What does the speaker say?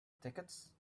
tickets